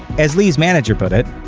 as li's manager put it,